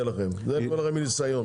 אני אומר לכם את זה מניסיון.